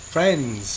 Friends